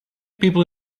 people